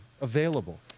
available